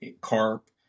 carp